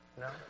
No